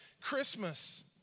Christmas